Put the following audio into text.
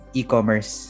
e-commerce